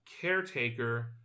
caretaker